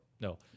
no